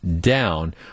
down